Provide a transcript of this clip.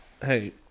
hey